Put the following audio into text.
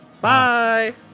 Bye